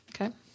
Okay